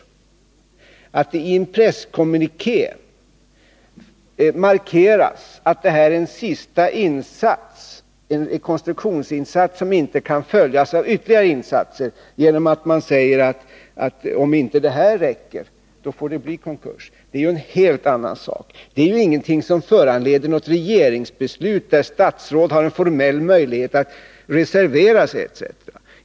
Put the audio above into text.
Det är en helt annan sak att man i en presskommuniké markerar att det här är en sista rekonstruktionsinsats, som inte kan följas av ytterligare insatser, genom att man säger att om inte det här räcker får det bli konkurs. Det är ingenting som föranleder något regeringsbeslut där statsråd har en formell möjlighet att reservera sig, etc.